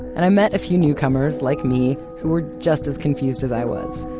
and, i met a few newcomers, like me, who were just as confused as i was.